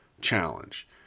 challenge